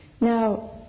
Now